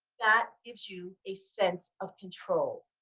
that gives you a sense of control,